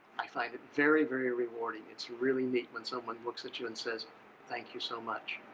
i find it very very rewarding. it's really neat when someone looks at you and says thank you so much.